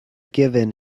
given